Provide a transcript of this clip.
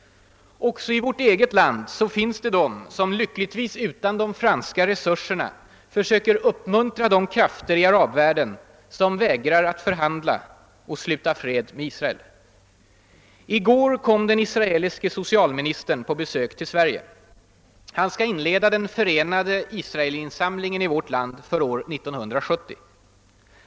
Också i vårt eget land finns det de som, lyckligtvis utan de franska resurserna, försöker uppmuntra de krafter i arabvärlden som vägrar att förhandla och sluta fred med Israel. I går kom den israeliske socialministern på besök till Sverige. Han skall inleda den förenade Israelinsamlingen i vårt land för år 1970.